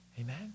Amen